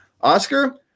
oscar